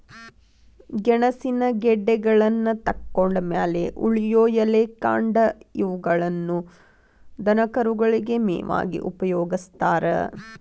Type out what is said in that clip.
ಗೆಣಸಿನ ಗೆಡ್ಡೆಗಳನ್ನತಕ್ಕೊಂಡ್ ಮ್ಯಾಲೆ ಉಳಿಯೋ ಎಲೆ, ಕಾಂಡ ಇವುಗಳನ್ನ ದನಕರುಗಳಿಗೆ ಮೇವಾಗಿ ಉಪಯೋಗಸ್ತಾರ